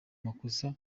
amakosa